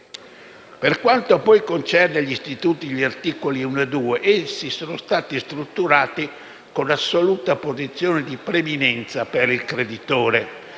Per quanto poi concerne gli istituti di cui agli articoli 1 e 2, essi sono stati strutturati con assoluta posizione di preminenza per il creditore.